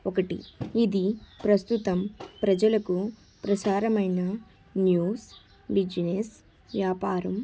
ఒకటి ఇది ప్రస్తుతం ప్రజలకు ప్రసారమైన న్యూస్ బిసినెస్ వ్యాపారం